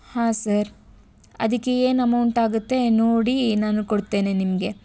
ಹಾಂ ಸರ್ ಅದಕ್ಕೆ ಏನು ಅಮೌಂಟ್ ಆಗುತ್ತೆ ನೋಡಿ ನಾನು ಕೊಡ್ತೇನೆ ನಿಮಗೆ